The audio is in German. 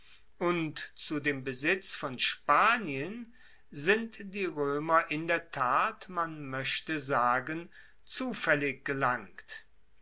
und zu dem besitz von spanien sind die roemer in der tat man moechte sagen zufaellig gelangt